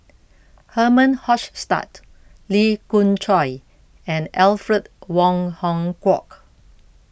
Herman Hochstadt Lee Khoon Choy and Alfred Wong Hong Kwok